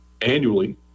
annually